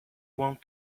want